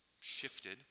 shifted